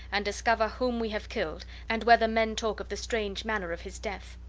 and discover whom we have killed, and whether men talk of the strange manner of his death.